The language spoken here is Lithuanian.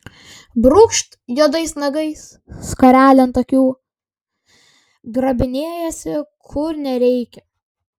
brūkšt juodais nagais skarelę ant akių grabinėjasi kur nereikia